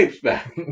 back